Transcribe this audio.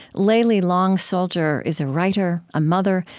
layli long soldier is a writer, a mother,